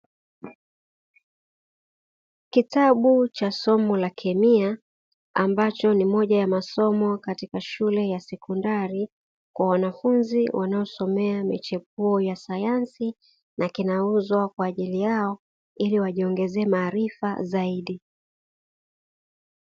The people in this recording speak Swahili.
Kitabu cha somo la kemia, ambacho ni moja ya masomo katika shule ya sekondari kwa wanafunzi wanaosomea michepuo ya sayansi na kinauzwa kwa ajili yao ili wajiongezee maarifa zaidi.